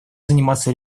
заниматься